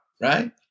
right